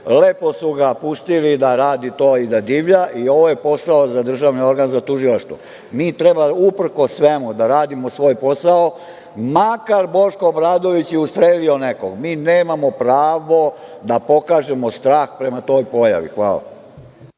Lepo su ga pustili da radi to i divlja. Dakle, ovo je posao za državni organ, za tužilaštvo. Uprkos svemu, mi treba da radimo svoj posao, makar Boško Obradović i ustrelio nekog, mi nemamo pravo da pokažemo strah prema toj pojavi. Hvala.